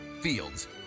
Fields